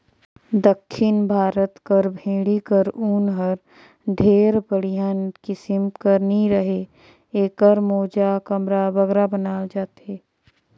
दक्खिन भारत कर भेंड़ी कर ऊन हर ढेर बड़िहा किसिम कर नी रहें एकर मोजा, कमरा बगरा बनाल जाथे